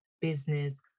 business